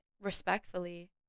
respectfully